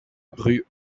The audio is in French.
rue